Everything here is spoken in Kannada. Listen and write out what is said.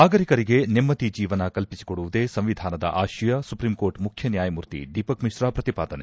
ನಾಗರಿಕರಿಗೆ ನೆಮ್ನದಿ ಜೀವನ ಕಲ್ಪಿಸಿಕೊಡುವುದೇ ಸಂವಿಧಾನದ ಆಶಯ ಸುಪ್ರೀಂಕೋರ್ಟ್ ಮುಖ್ಯ ನ್ಯಾಯಾಮೂರ್ತಿ ದೀಪಕ್ ಮಿಶ್ರಾ ಪ್ರತಿಪಾದನೆ